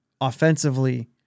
offensively